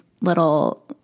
little